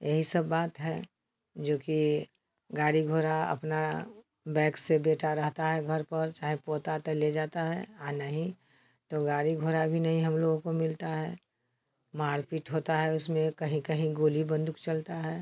यही सब बात है जो कि गाड़ी घोड़ा अपना बैक से बेटा रहता है घर पर चाहे पोता तो ले जाता है और नहीं तो गाड़ी घोड़ा भी नहीं हम लोग को मिलता है मार पीट होता है उसमें कहीं कहीं गोली बंदूक चलता है